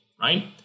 Right